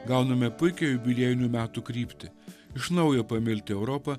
gauname puikią jubiliejinių metų kryptį iš naujo pamilti europą